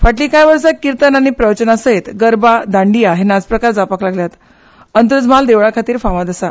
फाटलीं कांय वर्सां किर्तन आनी प्रवचना सयत गरबा दांडिया हे नाच प्रकार जावपाक लागल्यात अंत्रूज म्हाल देवळां खातीर फामाद आसा